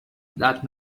that